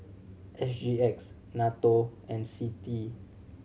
S G X NATO and CITI